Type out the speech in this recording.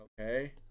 Okay